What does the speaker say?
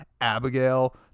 Abigail